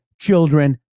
children